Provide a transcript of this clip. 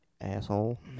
Asshole